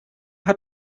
hat